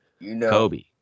Kobe